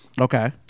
Okay